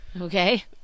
Okay